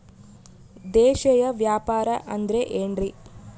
ದೇಶೇಯ ವ್ಯಾಪಾರ ಅಂದ್ರೆ ಏನ್ರಿ?